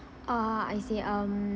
ah I see um